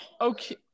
okay